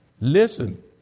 Listen